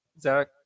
Zach